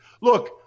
Look